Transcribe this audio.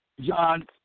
John